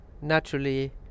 naturally